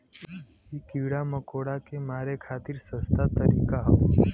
इ कीड़ा मकोड़ा के मारे खातिर सस्ता तरीका हौ